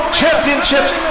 championships